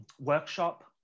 workshop